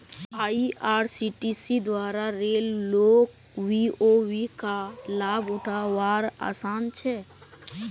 IRCTC द्वारा रेल लोक बी.ओ.बी का लाभ उठा वार आसान छे